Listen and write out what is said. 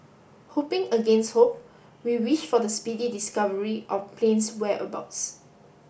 hoping against hope we wish for the speedy discovery of plane's whereabouts